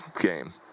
game